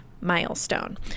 milestone